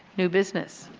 new business.